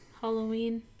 Halloween